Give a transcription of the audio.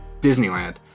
disneyland